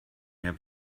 mehr